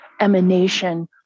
emanation